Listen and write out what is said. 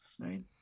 right